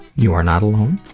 you are not alone,